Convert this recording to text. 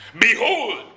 Behold